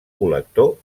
col·lector